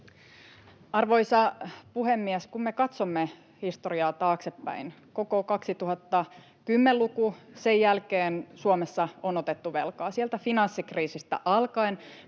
Arvoisa puhemies! Kun me katsomme historiaa taaksepäin, niin koko 2010-luku ja sen jälkeen Suomessa on otettu velkaa. Sieltä finanssikriisistä alkaen